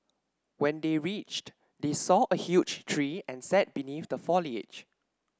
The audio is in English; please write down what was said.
when they reached they saw a huge tree and sat beneath the foliage